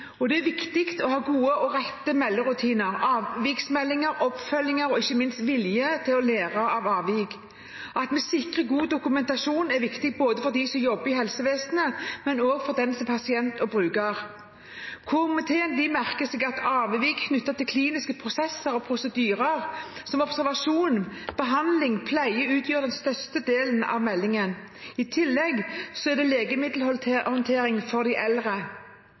Det er viktig å ha gode og riktige melderutiner, avviksmeldinger og oppfølginger og, ikke minst, ha vilje til å lære av avvik. At vi sikrer god dokumentasjon, er viktig både for den som jobber i helsevesenet, og for den som er pasient og bruker. Komiteen merker seg at avvik knyttet til kliniske prosesser og prosedyrer, som observasjon, behandling og pleie, utgjør den største delen av meldingen, i tillegg til legemiddelhåndtering for de eldre.